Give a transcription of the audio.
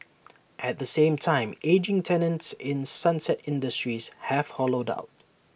at the same time ageing tenants in sunset industries have hollowed out